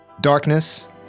Darkness